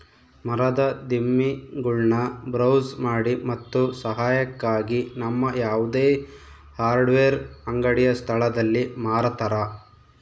ಮರದ ದಿಮ್ಮಿಗುಳ್ನ ಬ್ರೌಸ್ ಮಾಡಿ ಮತ್ತು ಸಹಾಯಕ್ಕಾಗಿ ನಮ್ಮ ಯಾವುದೇ ಹಾರ್ಡ್ವೇರ್ ಅಂಗಡಿಯ ಸ್ಥಳದಲ್ಲಿ ಮಾರತರ